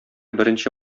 беренче